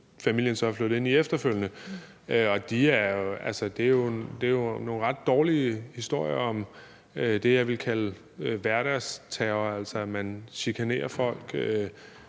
familien så er flyttet ind i efterfølgende, og det er jo nogle ret dårlige historier om det, jeg ville kalde hverdagsterror, altså at man chikanerer folk